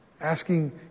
Asking